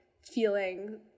feeling